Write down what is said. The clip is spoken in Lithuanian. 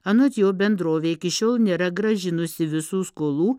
anot jo bendrovė iki šiol nėra grąžinusi visų skolų